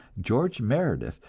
george meredith,